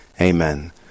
Amen